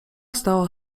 stała